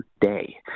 day